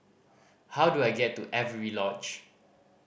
how do I get to Avery Lodge